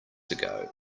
ago